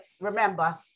remember